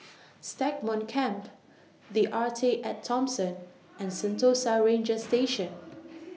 Stagmont Camp The Arte and Thomson and Sentosa Ranger Station